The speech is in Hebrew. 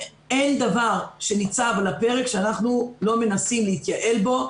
אין דבר שניצב על הפרק שאנחנו לא מנסים להתייעל בו,